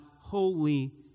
holy